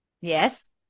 yes